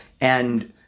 and-